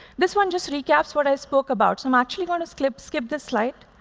this one just recaps what i spoke about. so i'm actually going to skip skip this slide.